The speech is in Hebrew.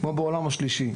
כמו בעולם שלישי.